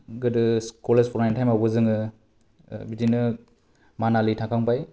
गोदो कलेज फरायनाय टाइमावबो जोङो बिदिनो मनालि थांखांबाय